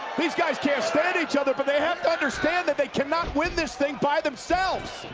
these guys can't stand each other, but they have to understand that they cannot win this thing by themselves.